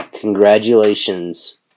congratulations